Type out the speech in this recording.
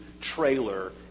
trailer